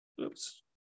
Oops